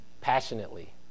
passionately